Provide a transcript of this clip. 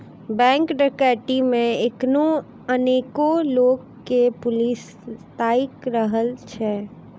bank डकैती मे एखनो अनेको लोक के पुलिस ताइक रहल अछि